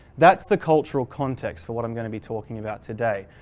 that's the cultural context for what i'm going to be talking about today.